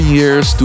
years